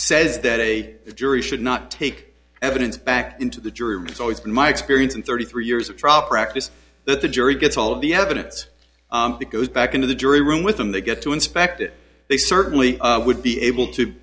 says that a jury should not take evidence back into the jury room it's always been my experience in thirty three years of trial practice that the jury gets all of the evidence it goes back into the jury room with them they get to inspect it they certainly would be able to